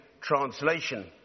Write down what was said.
translation